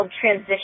transition